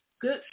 good